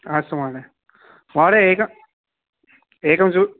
अस्तु महोदय महोदय एक एकं